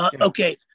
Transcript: Okay